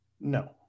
No